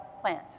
plant